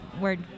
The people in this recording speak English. word